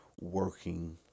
working